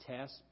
test